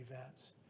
events